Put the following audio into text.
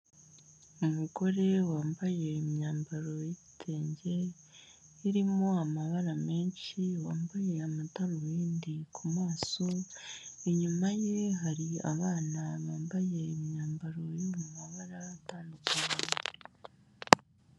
Umugore wambaye imyambaro y'ibitenge irimo amabara menshi, wambaye amadarubindi ku maso, inyuma ye hari abana bambaye imyambaro yo mu mabara atandukanye.